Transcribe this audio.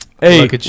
Hey